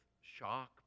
shock